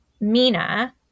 Mina